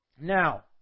Now